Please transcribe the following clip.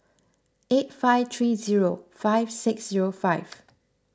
eight five three zero five six zero five